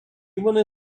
вони